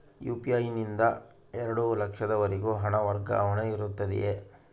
UPI ನಿಂದ ಎರಡು ಲಕ್ಷದವರೆಗೂ ಹಣ ವರ್ಗಾವಣೆ ಇರುತ್ತದೆಯೇ?